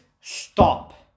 stop